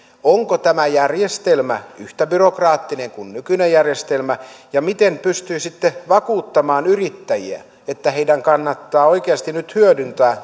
onko tämä järjestelmä yhtä byrokraattinen kuin nykyinen järjestelmä ja miten pystyisitte vakuuttamaan yrittäjät että heidän kannattaa oikeasti nyt hyödyntää